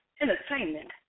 entertainment